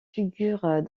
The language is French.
figurent